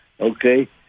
okay